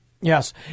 Yes